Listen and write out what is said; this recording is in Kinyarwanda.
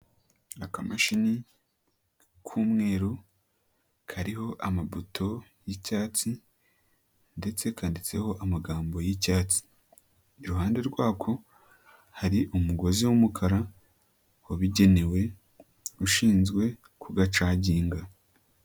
Akamashini k'umweru, kariho amabuto y'icyatsi ndetse kanditseho amagambo y'icyatsi. Iruhande rwako, hari umugozi w'umukara, wabigenewe ushinzwe kugacaginga.